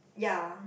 ya